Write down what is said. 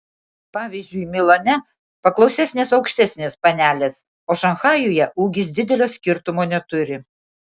pavyzdžiui milane paklausesnės aukštesnės panelės o šanchajuje ūgis didelio skirtumo neturi